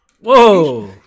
Whoa